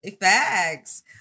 Facts